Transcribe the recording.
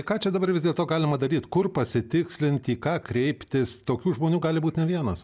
ką čia dabar vis dėlto galima daryt kur pasitikslinti ką kreiptis tokių žmonių gali būt ne vienas